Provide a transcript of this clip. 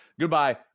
Goodbye